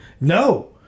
no